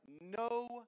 no